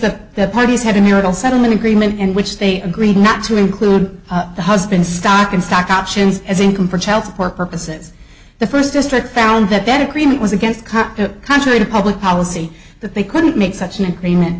case the parties have a miracle settlement agreement in which they agreed not to include the husband stock in stock options as income for child support purposes the first district found that that agreement was against cop to contrary to public policy that they couldn't make such an agreement